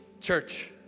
Church